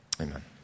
Amen